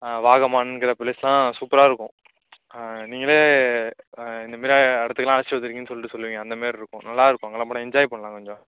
வாகமான்ங்கிற பிளேஸ்லாம் சூப்பராக இருக்கும் நீங்களே இந்தமாரி இடத்துக்குலாம் அழைச்சிட்டு வந்துயிருக்கிங்கன்னு சொல்லிவிட்டு சொல்லுவிங்க அந்தமாரி இருக்கும் நல்லாயிருக்கும் அங்கேலாம் போனா என்ஜாய் பண்ணலாம் கொஞ்சம்